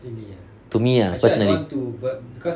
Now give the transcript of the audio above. to me lah personally